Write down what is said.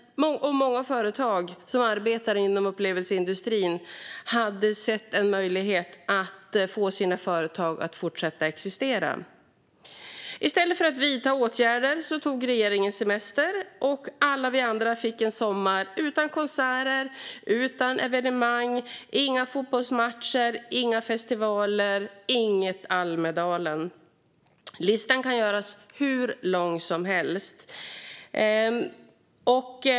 Många företag som arbetar inom upplevelseindustrin hade sett en möjlighet att få sina företag att fortsätta existera. I stället för att vidta åtgärder tog regeringen semester, och alla vi andra fick en sommar utan konserter, evenemang, fotbollsmatcher, festivaler eller Almedalen. Listan kan göras hur lång som helst.